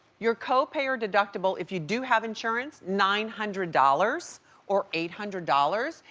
your copay or deductible, if you do have insurance, nine hundred dollars or eight hundred dollars.